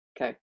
Okay